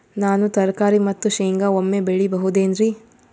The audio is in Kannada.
ನಾನು ತರಕಾರಿ ಮತ್ತು ಶೇಂಗಾ ಒಮ್ಮೆ ಬೆಳಿ ಬಹುದೆನರಿ?